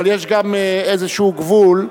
אבל יש גם איזשהו גבול,